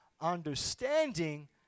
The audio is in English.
understanding